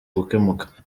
gukemuka